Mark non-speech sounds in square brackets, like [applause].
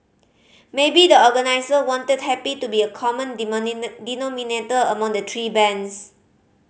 maybe the organiser wanted happy to be a common [unintelligible] denominator among the three bands